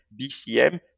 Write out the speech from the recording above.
BCM